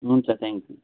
हुन्छ थ्याङ्कयु